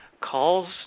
calls